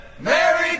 Merry